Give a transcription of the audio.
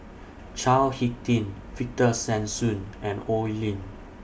Chao Hick Tin Victor Sassoon and Oi Lin